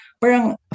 parang